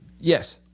Yes